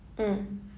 mm